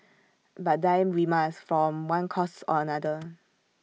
but die we must from one cause or another